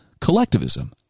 collectivism